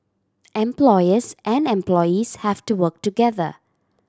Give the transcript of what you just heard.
employers and employees have to work together